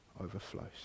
overflows